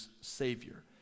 Savior